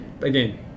again